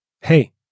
hey